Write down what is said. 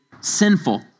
sinful